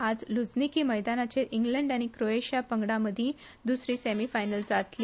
आयज लूझनीकी मैदानार इंग्लंड आनी क्रोएशिया पंगडां मदीं द्सरी सेमीफायनल जातली